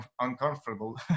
uncomfortable